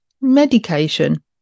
medication